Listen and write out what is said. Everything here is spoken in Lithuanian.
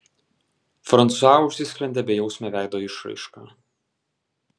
fransua užsisklendė bejausme veido išraiška